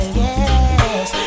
yes